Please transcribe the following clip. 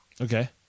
Okay